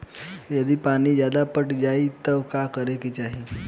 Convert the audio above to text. यदि पानी ज्यादा पट जायी तब का करे के चाही?